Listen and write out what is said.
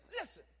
listen